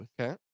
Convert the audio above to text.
Okay